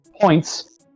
Points